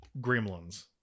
Gremlins